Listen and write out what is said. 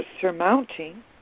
surmounting